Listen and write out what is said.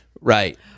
Right